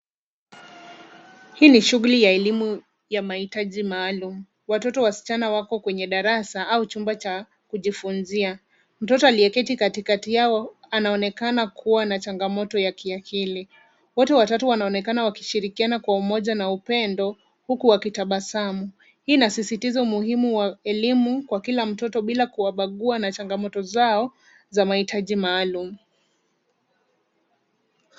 Hii ni shughuli ya elimu ya mahitaji maalum. Watoto wasichana wako kwenye darasa au chumba cha kujifunzia. Mtoto aliyeketi katikati yao anaonekana kuwa na changamoto ya kiakili. Wote watatu wanaonekana wakishirikiana pamoja kwa umoja na upendo huku wakitabasamu. Hii inasisitiza umuhimu wa elimu kwa kila mtoto, bila kuwabagua na changamoto zao za mahitaji maalum.